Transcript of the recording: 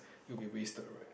it'll be wasted right